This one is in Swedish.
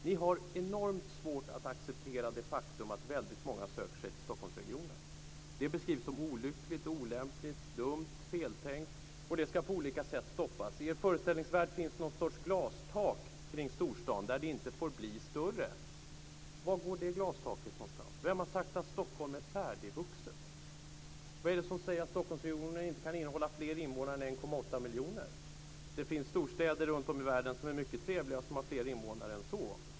Ni har enormt svårt att acceptera det faktum att väldigt många söker sig till Stockholmsregionen. Det beskrivs som olyckligt, olämpligt, dumt, feltänkt och ska på olika sätt stoppas. I er föreställningsvärld finns någon sorts glastak över storstan som gör att den inte får bli större. Var går det glastaket någonstans? Vem har sagt att Stockholm är färdigvuxet? Vad är det som säger att Stockholmsregionen inte kan innehålla fler invånare än 1,8 miljoner? Det finns storstäder runtom i världen som är mycket trevliga och som har fler invånare än så.